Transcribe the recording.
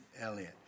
Elliot